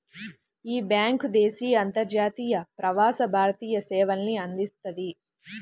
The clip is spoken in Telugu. యీ బ్యేంకు దేశీయ, అంతర్జాతీయ, ప్రవాస భారతీయ సేవల్ని అందిస్తది